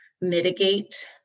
mitigate